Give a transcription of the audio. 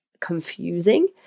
confusing